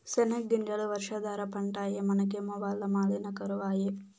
సెనగ్గింజలు వర్షాధార పంటాయె మనకేమో వల్ల మాలిన కరవాయె